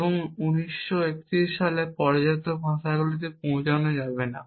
এবং 1931 সালে পর্যাপ্ত ভাষাগুলিতে পৌঁছানো যাবে না